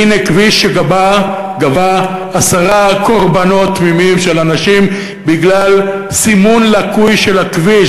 והנה כביש שגבה עשרה קורבנות תמימים של אנשים בגלל סימון לקוי של הכביש,